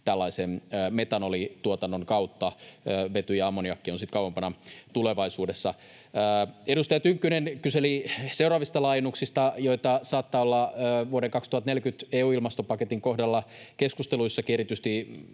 tällaisen metanolituotannon kautta. Vety ja ammoniakki ovat sitten kauempana tulevaisuudessa. Edustaja Tynkkynen kyseli seuraavista laajennuksista, joita saattaa olla vuoden 2040 EU-ilmastopaketin kohdalla. Keskusteluissakin erityisesti